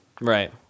Right